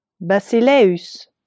basileus